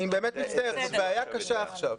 אני באמת מצטער, זו בעיה קשה עכשיו.